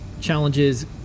challenges